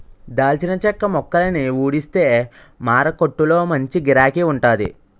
దాల్చిన చెక్క మొక్కలని ఊడిస్తే మారకొట్టులో మంచి గిరాకీ వుంటాది